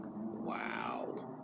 Wow